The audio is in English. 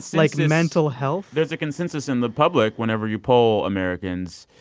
like mental health there's a consensus in the public. whenever you poll americans,